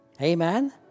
Amen